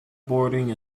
boarding